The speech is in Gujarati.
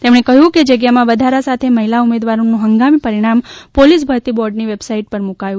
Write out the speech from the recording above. તેમણે કહ્યું કે જગ્યામાં વધારા સાથે મહિલા ઉમેદવારોનું હંગામી પરિણામ પોલીસ ભરતી બોર્ડની વેબસાઇટ પર મુકાયું